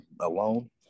alone